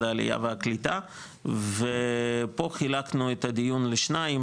העלייה והקליטה ופה חילקנו את הדיון לשניים,